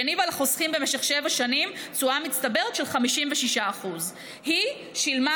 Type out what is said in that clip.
שהניבה לחוסכים במשך שבע שנים תשואה מצטברת של 56%. היא שילמה